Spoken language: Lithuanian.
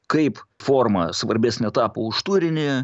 kaip forma svarbesnė tapo už turinį